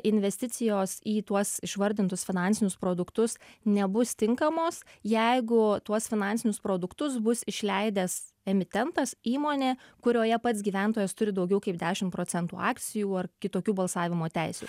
investicijos į tuos išvardintus finansinius produktus nebus tinkamos jeigu tuos finansinius produktus bus išleidęs emitentas įmonė kurioje pats gyventojas turi daugiau kaip dešim procentų akcijų ar kitokių balsavimo teisių